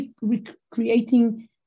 recreating